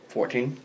Fourteen